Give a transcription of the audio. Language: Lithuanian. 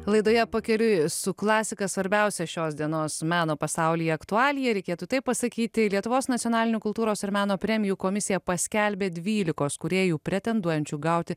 laidoje pakeliui su klasika svarbiausia šios dienos meno pasaulyje aktualija reikėtų taip pasakyti lietuvos nacionalinių kultūros ir meno premijų komisija paskelbė dvylikos kūrėjų pretenduojančių gauti